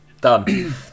done